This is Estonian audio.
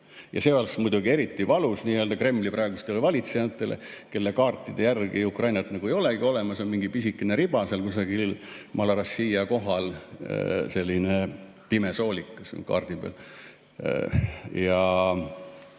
See oleks muidugi eriti valus Kremli praegustele valitsejatele, kelle kaartide järgi Ukrainat ei olegi olemas, on mingi pisikene riba seal kusagil Malorossija kohal, selline pimesoolikas kaardi peal. Ja